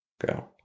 go